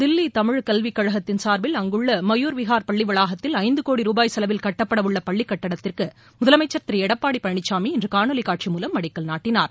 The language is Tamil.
தில்லி தமிழ் கல்விக் கழகத்தின் சார்பில் அங்குள்ள மயூர்விஹார் பள்ளி வளாகத்தில் ஐந்து கோடி ருபாய் செலவில் கட்டப்பட உள்ள பள்ளிக் கட்டிடத்திற்கு முதலமைச்சர் திரு எடப்பாடி பழனிசாமி இன்று காணொலி காட்சி மூலம் அடிக்கல் நாட்டினார்